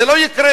זה לא יקרה,